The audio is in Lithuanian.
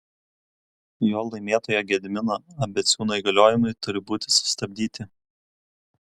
jo laimėtojo gedimino abeciūno įgaliojimai turi būti sustabdyti